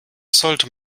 sollte